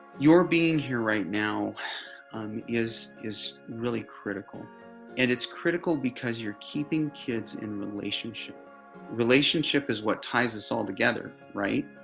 your being here right now um is is really critical and it's critical because you're keeping kids in relationship relationship is what ties us all together right